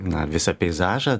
na visą peizažą